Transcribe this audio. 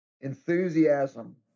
Enthusiasm